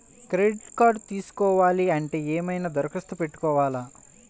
Credit తీసుకోవాలి అంటే ఏమైనా దరఖాస్తు పెట్టుకోవాలా?